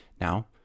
Now